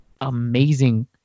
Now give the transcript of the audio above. amazing